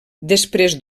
després